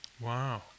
Wow